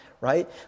right